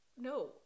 no